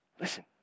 listen